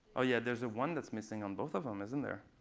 ah yeah, there's a one that's missing on both of them, isn't there?